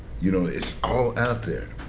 you know, it's all out there.